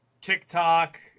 TikTok